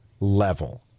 level